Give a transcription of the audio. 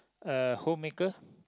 uh homemaker